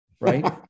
right